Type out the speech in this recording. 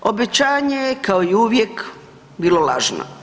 Obećanje je kao i uvijek bilo lažno.